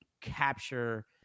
capture